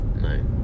No